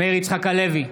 מאיר יצחק הלוי,